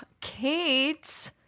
Kate